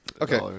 Okay